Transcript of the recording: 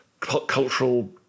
cultural